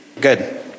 Good